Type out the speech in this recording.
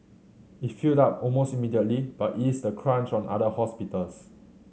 it filled up almost immediately but eased the crunch on other hospitals